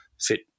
fit